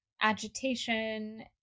agitation